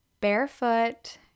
barefoot